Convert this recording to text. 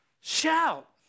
Shout